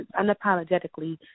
unapologetically